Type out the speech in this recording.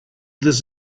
this